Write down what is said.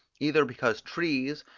either because trees,